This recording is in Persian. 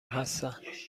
هستند